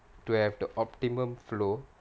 to have the optimum flow